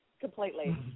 completely